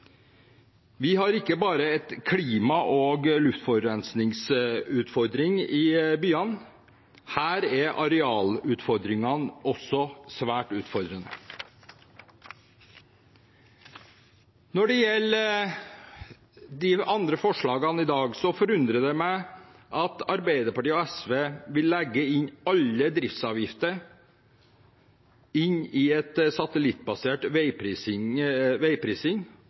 Vi har ikke bare klima- og luftforurensingsutfordringer i byene, det er også svært store arealutfordringer. Når det gjelder de andre forslagene i dag, forundrer det meg at Arbeiderpartiet og SV vil legge inn alle driftsavgifter i satellittbasert veiprising,